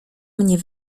mnie